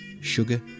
Sugar